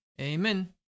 Amen